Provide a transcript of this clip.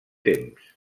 temps